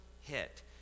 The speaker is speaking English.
hit